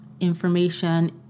information